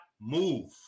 move